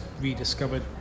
rediscovered